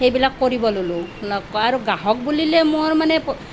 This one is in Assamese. সেইবিলাক কৰিব ল'লোঁ আৰু গ্ৰাহক বুলিলে মোৰ মানে